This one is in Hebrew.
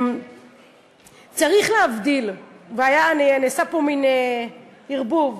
צריך להבדיל, ונעשה פה מין ערבוב.